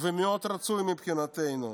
מאוד רצוי מבחינתנו,